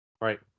Right